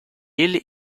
l’île